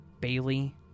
Bailey